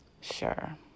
Sure